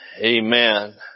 Amen